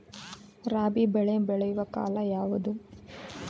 ರಾಬಿ ಬೆಳೆ ಬೆಳೆಯುವ ಕಾಲ ಯಾವುದು?